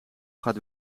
gaat